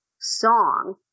song